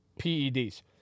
PEDs